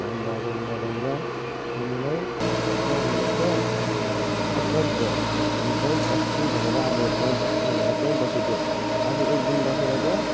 जाँदा जाँदा जाँदा हामीलाई त्यहाँ हामीलाई पुरा एट्र्याक्ट भयो हामी त्यहीँ बस्छौँ भनेर अब त्यहीँ बस्छौँ भनेर त्यहीँ बसिदियो अझै एक दिन बसेर त